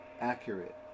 accurate